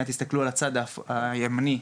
תסתכלו שנייה על הצד ההפוך הימני,